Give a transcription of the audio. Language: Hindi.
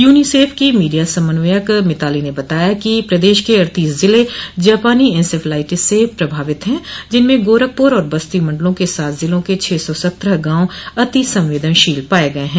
यूनीसेफ की मीडिया समन्वयक मिताली ने बताया कि प्रदेश के अड़तीस जिले जापानी इन्सेफेलाइटिस से प्रभावित हैं जिनमें गोरखपुर और बस्ती मण्डलों के सात जिलों के छः सौ सत्रह गॉव अतिसंवेदनशील पाये गये हैं